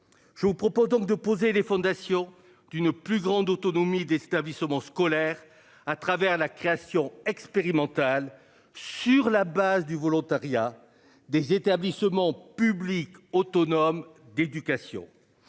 Je vous propose donc de poser les fondations d'une plus grande autonomie des stades saumon scolaire à travers la création expérimentale sur la base du volontariat des établissements publics autonomes d'éducation.